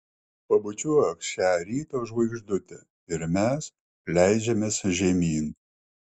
pabučiuok šią ryto žvaigždutę ir mes leidžiamės žemyn